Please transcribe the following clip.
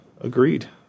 Agreed